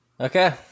Okay